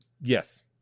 Yes